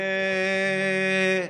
"אהההה".